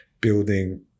building